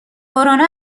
کرونا